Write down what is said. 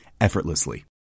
effortlessly